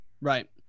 Right